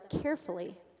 carefully